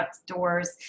outdoors